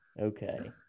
Okay